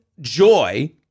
joy